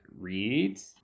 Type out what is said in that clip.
reads